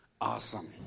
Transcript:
awesome